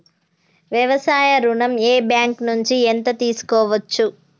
వ్యవసాయ ఋణం ఏ బ్యాంక్ నుంచి ఎంత తీసుకోవచ్చు?